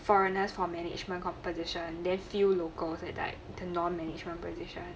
foreigners for management composition then few locals at like the non management position